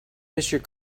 mister